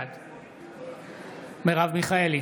בעד מרב מיכאלי,